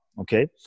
okay